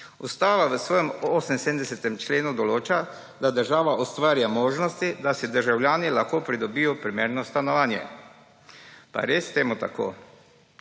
Ustava v svojem 78. členu določa, da država ustvarja možnosti, da si državljani lahko pridobijo primerno stanovanje. Pa je res temu tako?